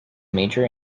major